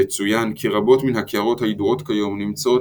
יצוין כי רבות מן הקערות הידועות כיום נמצאות